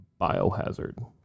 Biohazard